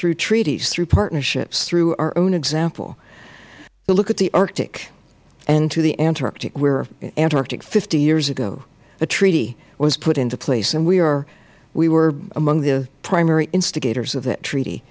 through treaties through partnerships through our own example to look at the arctic and to the antarctic in the antarctic fifty years ago a treaty was put into place and we were among the primary instigators of that treaty